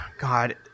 God